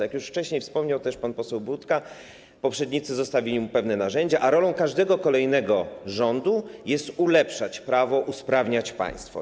Jak już wcześniej wspomniał też pan poseł Budka, poprzednicy zostawili ministrowi pewne narzędzia, a rolą każdego kolejnego rządu jest ulepszać prawo, usprawniać państwo.